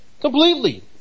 completely